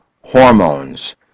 hormones